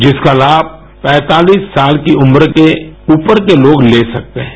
जिसका लाम पैंतालिस साल के उम्र के ऊपर के लोग ले सकते हैं